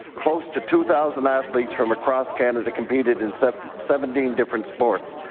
close to two thousand athletes from across canada competed in seventeen different sports.